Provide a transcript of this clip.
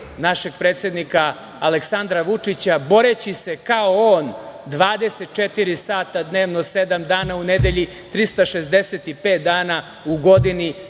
našeg predsednika Aleksandra Vučića, boreći se kao on 24 sata dnevno, sedam dana u nedelji, 365 dana u godini,